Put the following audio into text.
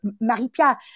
Marie-Pierre